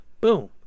boom